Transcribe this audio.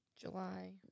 July